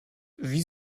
wie